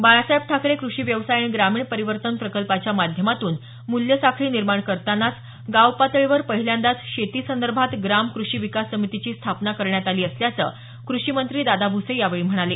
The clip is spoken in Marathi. बाळासाहेब ठाकरे कृषी व्यवसाय आणि ग्रामीण परिवर्तन प्रकल्पाच्या माध्यमातून मूल्य साखळी निर्माण करतानाच गाव पातळीवर पहिल्यांदाच शेती संदर्भात ग्राम कृषी विकास समितीची स्थापना करण्यात आली असल्याचं कृषी मंत्री दादा भूसे यावेळी म्हणाले